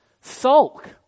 sulk